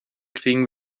kriegen